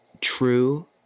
True